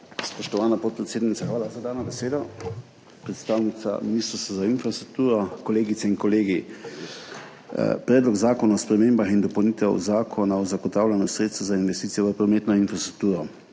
Spoštovana podpredsednica, hvala za dano besedo. Predstavnica Ministrstva za infrastrukturo, kolegice in kolegi! Predlog zakona o spremembah in dopolnitvah Zakona o zagotavljanju sredstev za investicije v prometno infrastrukturo.